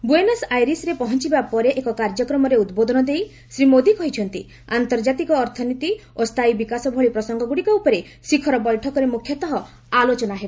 Buenos ଆଇରିସ୍ରେ ପହଞ୍ଚବା ପରେ ଏକ କାର୍ଯ୍ୟକ୍ରମରେ ଉଦ୍ବୋଧନ ଦେଇ ଶ୍ରୀ ମୋଦି କହିଛନ୍ତି ଆନ୍ତର୍କାତିକ ଅର୍ଥନୀତି ଓ ସ୍ଥାୟୀ ବିକାଶ ଭଳି ପ୍ରସଙ୍ଗଗୁଡ଼ିକ ଉପରେ ଶିଖର ବୈଠକରେ ମୁଖ୍ୟତଃ ଆଲୋଚନା ହେବ